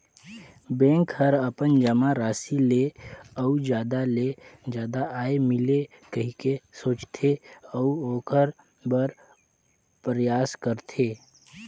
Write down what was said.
bank हर अपन जमा राशि ले अउ जादा ले जादा आय मिले कहिके सोचथे, अऊ ओखर बर परयास करथे